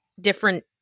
different